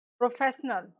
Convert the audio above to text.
professional